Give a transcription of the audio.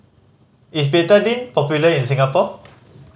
is Betadine popular in Singapore